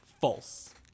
False